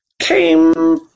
came